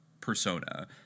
persona